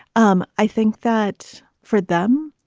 um i think that for them,